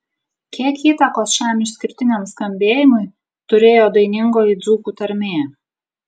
kiek įtakos šiam išskirtiniam skambėjimui turėjo dainingoji dzūkų tarmė